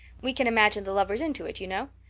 we can't imagine the lovers into it, you know.